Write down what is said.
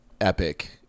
epic